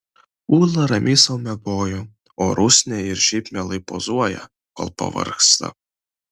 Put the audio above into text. ūla ramiai sau miegojo o rusnė ir šiaip mielai pozuoja kol pavargsta